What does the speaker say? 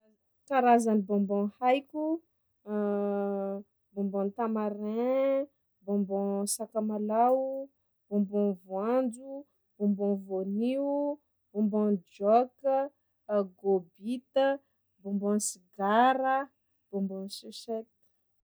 Karazagny bonbon haiko: bonbon tamarin, bonbon sakamalaho, bonbon voanjo, bonbon vanille, bonbon jok, agôbita, bonbon sigara, bonbon chucette.